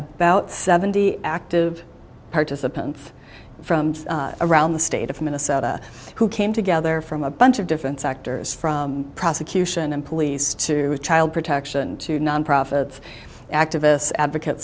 about seventy active participants from around the state of minnesota who came together from a bunch of different sectors from prosecution and police to child protection to nonprofit activists advocate